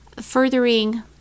furthering